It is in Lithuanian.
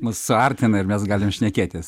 mus suartina ir mes galim šnekėtis